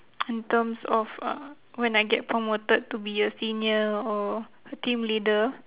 in terms of uh when I get promoted to be a senior or team leader